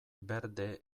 berde